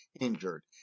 injured